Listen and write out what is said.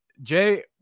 Jay